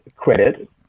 credit